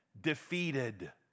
defeated